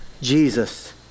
Jesus